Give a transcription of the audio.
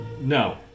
No